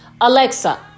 Alexa